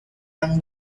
yang